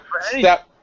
step